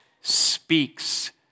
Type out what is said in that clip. speaks